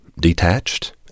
detached